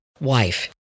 wife